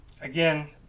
again